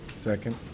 Second